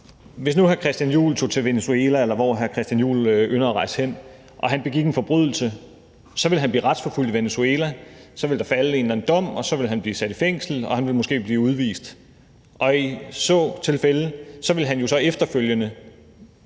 Hvis nu hr. Christian Juhl tog til Venezuela, eller hvor hr. Christian Juhl ynder at rejse hen, og han begik en forbrydelse, så ville han blive retsforfulgt i Venezuela. Så ville der falde en eller anden dom, og så ville han blive sat i fængsel, og han ville måske blive udvist. I så tilfælde ville han jo så efterfølgende